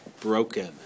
Broken